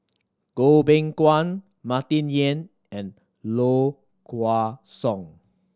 Goh Beng Kwan Martin Yan and Low Kway Song